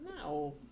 No